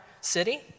city